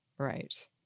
Right